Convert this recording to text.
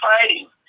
fighting